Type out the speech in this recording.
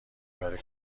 برای